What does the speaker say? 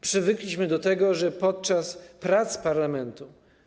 Przywykliśmy do tego podczas prac parlamentu.